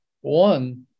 One